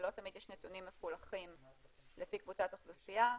שלא תמיד יש נתונים שמפולחים לפי קבוצת אוכלוסייה.